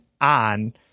on